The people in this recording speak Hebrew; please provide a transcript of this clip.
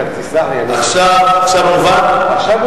גאלב, בסדר גמור.